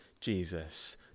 Jesus